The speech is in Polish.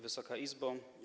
Wysoka Izbo!